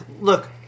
look